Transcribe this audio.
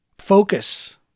focus